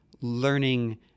learning